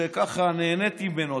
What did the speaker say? שככה נהניתי ממנו.